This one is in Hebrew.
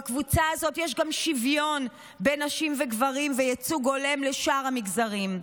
בקבוצה הזאת יש גם שוויון בין נשים וגברים וייצוג הולם לשאר המגזרים.